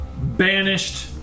banished